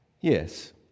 Yes